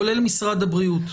כולל משרד הבריאות: